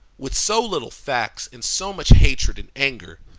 with so little facts and so much hatred and anger,